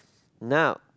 now